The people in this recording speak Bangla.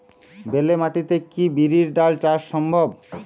বেলে মাটিতে কি বিরির ডাল চাষ সম্ভব?